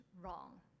wrong